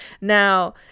Now